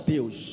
Deus